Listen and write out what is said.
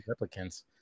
replicants